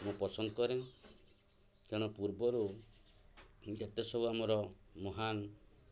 ମୁଁ ପସନ୍ଦ କରେ ତେଣୁ ପୂର୍ବରୁ ଯେତେ ସବୁ ଆମର ମହାନ